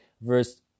verse